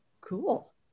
Cool